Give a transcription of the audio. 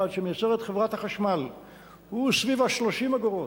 שמייצרת חברת החשמל הוא סביב 30 אגורות,